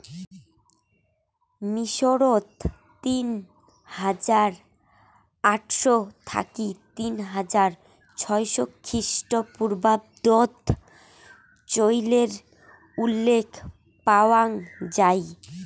মিশরত তিন হাজার আটশ থাকি তিন হাজার ছয়শ খ্রিস্টপূর্বাব্দত চইলের উল্লেখ পাওয়াং যাই